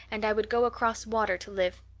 and i would go across water to live.